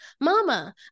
Mama